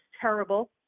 terrible